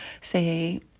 say